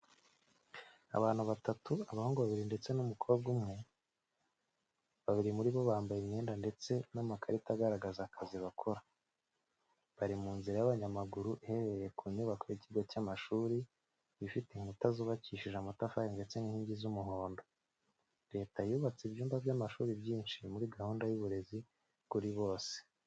Abantu batatu, abahungu babiri ndetse n’umukobwa umwe, babiri muri bo bambaye imyenda ndetse n’amakarita agaragaza akazi bakora. Bari mu nzira y’abanyamaguru iherereye ku nyubako y'ikigo cy'amashuri, ifite inkuta zubakishije amatafari ndetse n’inkingi z’umuhondo. Leta yubatse ibyumba by'amashuri byinshi muri gahunda y’uburezi kuri bose.